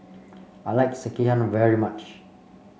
I like Sekihan very much